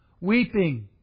Weeping